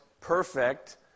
Perfect